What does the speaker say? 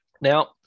Now